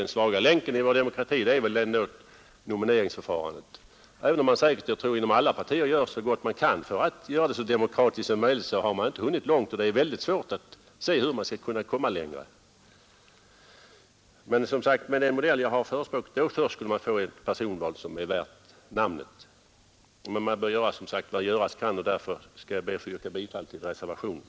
Den svaga länken i vår demokrati är väl ändå nomineringsförfarandet. Även om man inom alla partier gör så gott man kan för att göra nomineringen så demokratisk som möjligt, så har man inte hunnit långt, och det är svårt att se hur man skall kunna komma mycket längre. Först med den modell som jag har förespråkat skulle man få ett personval som är värt namnet. Man bör ändå göra vad som göras kan, och därför ber jag att få yrka bifall till reservationen.